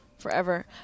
forever